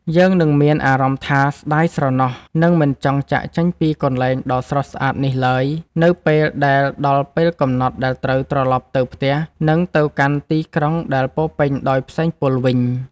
យើងនឹងមានអារម្មណ៍ថាស្ដាយស្រណោះ និង មិនចង់ចាកចេញពីកន្លែងដ៏ស្រស់ស្អាតនេះឡើយនៅពេលដែលដល់ពេលកំណត់ដែលត្រូវត្រឡប់ទៅផ្ទះ និង ទៅកាន់ទីក្រុងដែលពោរពេញដោយផ្សែងពុលវិញ។